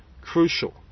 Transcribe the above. crucial